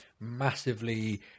Massively